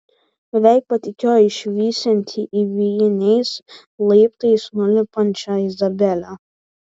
beveik patikėjo išvysianti įvijiniais laiptais nulipančią izabelę